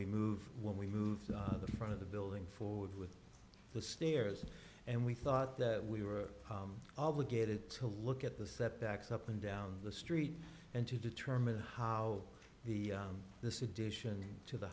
we move when we moved to the front of the building forward with the stairs and we thought that we were obligated to look at the set backs up and down the street and to determine how the this addition to the